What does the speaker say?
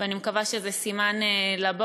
ואני מקווה שזה סימן לבאות.